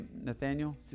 Nathaniel